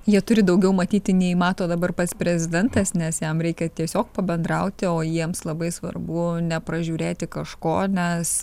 jie turi daugiau matyti nei mato dabar pats prezidentas nes jam reikia tiesiog pabendrauti o jiems labai svarbu nepražiūrėti kažko nes